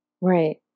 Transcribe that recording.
right